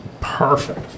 Perfect